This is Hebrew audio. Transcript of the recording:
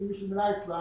בעמותה